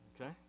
okay